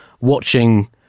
watching